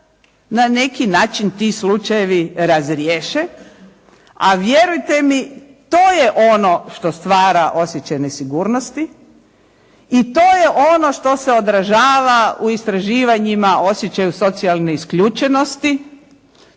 na neki način ti slučajevi razriješe, a vjerujte mi to je ono što stvara osjećaj nesigurnosti i to je ono što se odražava u istraživanjima, osjećaju socijalne isključenosti,